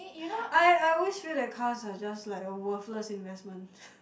I I always feel that cars are just like a worthless investment